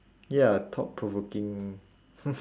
ya thought provoking